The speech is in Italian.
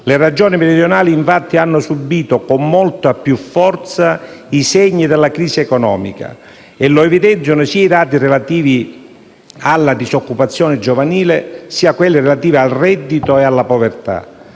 Le Regioni meridionali hanno subìto con molta più forza i segni della crisi economica. Lo evidenziano sia i dati relativi alla disoccupazione giovanile, sia quelli relativi al reddito e alla povertà.